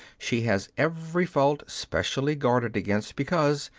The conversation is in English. she has every fault specially guarded against, because,